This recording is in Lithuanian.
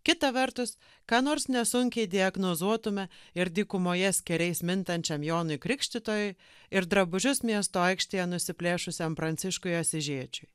kita vertus ką nors nesunkiai diagnozuotume ir dykumoje skeriais mintančiam jonui krikštytojui ir drabužius miesto aikštėje nusiplėšiam pranciškui asižiečiui